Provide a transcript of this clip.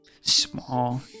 small